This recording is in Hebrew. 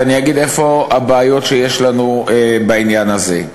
ואני אגיד מה הן הבעיות שיש לנו בעניין הזה.